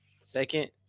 Second